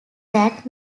that